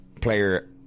player